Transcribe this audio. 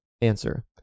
Answer